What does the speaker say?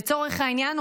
לצורך העניין,